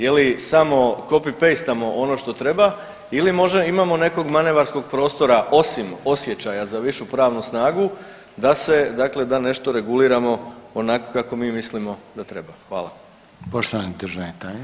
Je li samo copy paste ono što treba ili možda imamo nekog manevarskog prostora osim osjećaja za višu pravnu snagu da se dakle da nešto reguliramo onako kako mi mislimo da treba.